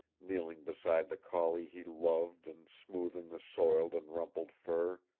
kneeling beside the collie he loved and smoothing the soiled and rumpled fur.